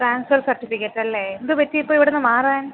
transfer certificate അല്ലേ എന്ത് പറ്റി ഇപ്പോൾ ഇവിടുന്ന് മാറാൻ